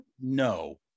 No